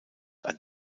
ein